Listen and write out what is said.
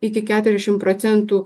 iki keturiasdešimt procentų